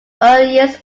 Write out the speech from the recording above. earliest